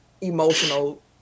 emotional